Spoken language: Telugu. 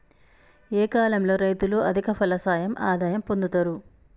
ఏ కాలం లో రైతులు అధిక ఫలసాయం ఆదాయం పొందుతరు?